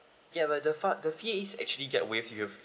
ya but the fa~ the fee is actually get waived you